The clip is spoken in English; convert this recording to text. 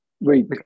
Wait